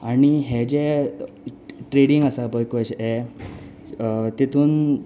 आणी हे जे ट्रेडींग आसा पय पयशे तितून